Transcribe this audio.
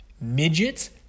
midgets